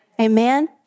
Amen